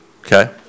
Okay